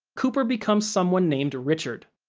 cooper becomes someone named richard.